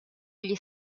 gli